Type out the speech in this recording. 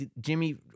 Jimmy